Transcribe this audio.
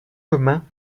communs